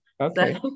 okay